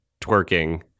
twerking